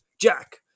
Jack